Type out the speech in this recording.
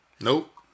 Nope